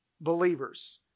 believers